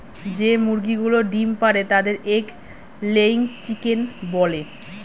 যে মুরগিগুলো ডিম পাড়ে তাদের এগ লেয়িং চিকেন বলে